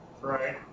Right